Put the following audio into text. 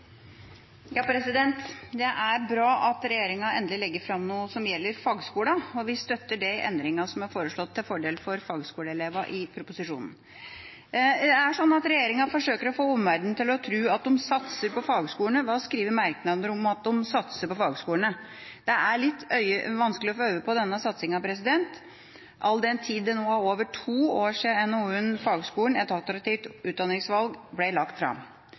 bra at regjeringa endelig legger fram noe som gjelder fagskolene. Vi støtter de endringene som er foreslått til fordel for fagskolelevene i proposisjonen. Regjeringa forsøker å få omverdenen til å tro at de satser på fagskolene ved å skrive merknader om at de satser på fagskolene. Det er litt vanskelig å få øye på denne satsingen, all den tid det nå er over to år siden NOU-en, Fagskolen – et attraktivt utdanningsvalg, ble lagt fram.